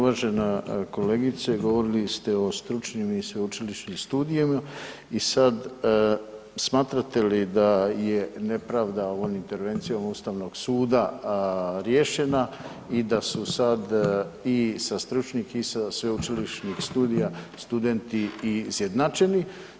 Uvažena kolegice, govorili ste o stručnim i sveučilišnim studiju i sad smatrate li da je nepravda ovom intervencijom Ustavnog suda riješena i da su sad i sa stručnih i sa sveučilišnih studija studenti izjednačeni?